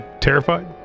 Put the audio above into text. terrified